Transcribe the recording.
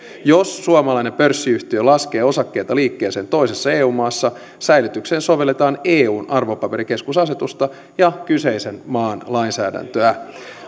jos suomalainen pörssiyhtiö laskee osakkeita liikkeeseen toisessa eu maassa säilytykseen sovelletaan eun arvopaperikeskusasetusta ja kyseisen maan lainsäädäntöä